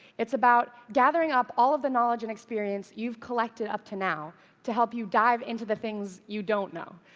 it's about gathering up all of the knowledge and experience you've collected up to now to help you dive into the things you don't know.